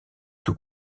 plus